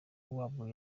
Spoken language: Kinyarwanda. wabwo